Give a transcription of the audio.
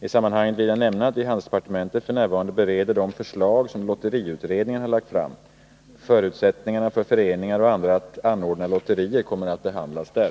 I sammanhanget kan jag nämna att vi i handelsdepartementet f. n. bereder de förslag som lotteriutredningen har lagt fram. Förutsättningarna för föreningar och andra att anordna lotteri kommer att behandlas där.